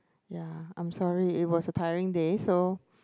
ya I'm sorry it was a tiring day so